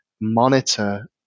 monitor